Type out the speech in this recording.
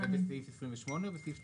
רגע, זה בסעיף 28 או בסעיף 36?